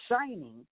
shining